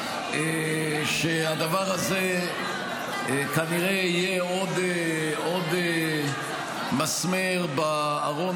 שהדבר הזה כנראה יהיה עוד מסמר בארון